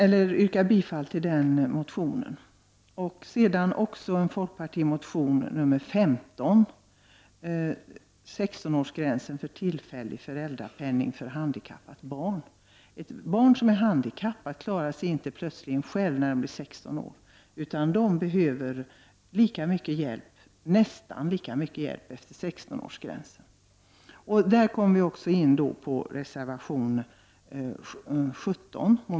Jag yrkar bifall till den reservationen. Reservation 15 gäller 16-årsgränsen för tillfällig föräldrapenning vid vård av handikappat barn. Barn med handikapp klarar sig inte plötsligt själva när de blir 16 år, utan de behöver nästan lika mycket hjälp även sedan de passerat 16-årsgränsen. I det sammanhanget kommer jag in på reservation 17.